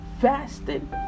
fasting